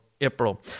April